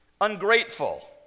ungrateful